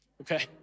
Okay